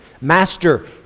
Master